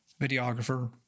videographer